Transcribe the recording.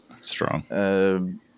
Strong